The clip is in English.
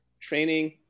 training